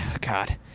God